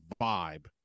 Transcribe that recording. vibe